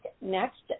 next